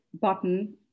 button